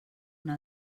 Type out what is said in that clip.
una